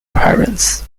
parents